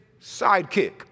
sidekick